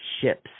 ships